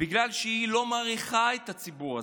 בגלל שהיא לא מעריכה את הציבור הזה.